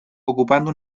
ocupando